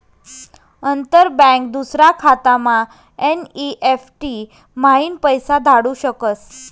अंतर बँक दूसरा खातामा एन.ई.एफ.टी म्हाईन पैसा धाडू शकस